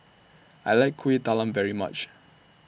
I like Kuih Talam very much